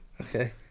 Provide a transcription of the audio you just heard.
Okay